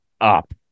up